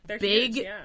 big